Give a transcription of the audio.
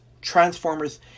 Transformers